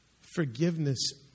Forgiveness